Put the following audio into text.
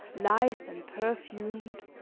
lithe and perfumed,